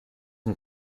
and